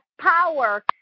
power